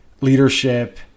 leadership